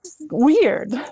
weird